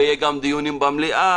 ויהיו גם דיונים במליאה.